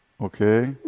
Okay